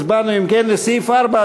סעיפים 1,